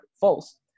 false